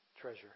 treasure